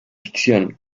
ficción